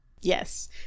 Yes